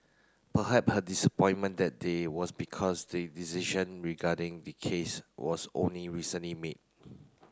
her disappointment that day was because the decision regarding the case was only recently made